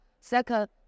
Second